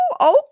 okay